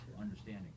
understanding